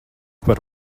par